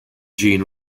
gene